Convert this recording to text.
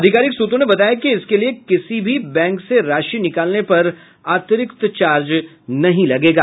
अधिकारिक सूत्रों ने बताया कि इसके लिये किसी भी बैंक से राशि निकालने पर अतिरिक्त चार्ज नहीं लगेगा